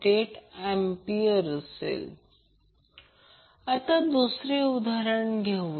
78°A आता दुसरे उदाहरण घेऊ या